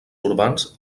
urbans